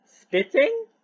Spitting